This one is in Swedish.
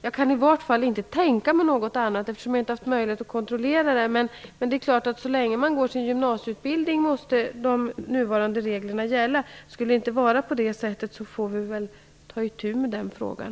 Jag kan i vart fall inte tänka mig något annat. Men jag har inte haft möjlighet att kontrollera det. Så länge man går sin gymnasieutbildning måste ju de nuvarande reglerna gälla. Om det inte skulle vara på det sättet får vi väl ta itu med den frågan.